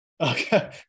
okay